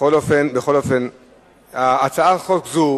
בכל אופן, הצעת חוק זו